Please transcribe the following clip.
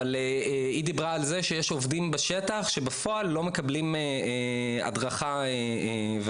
אבל היא דיברה על זה שיש עובדים בשטח שבפועל לא מקבלים הדרכה והכשרה.